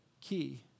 key